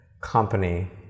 company